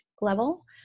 level